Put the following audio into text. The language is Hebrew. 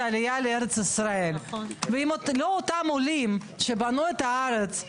עלייה לארץ ישראל ואילולא אותם עולים שבנו את הארץ,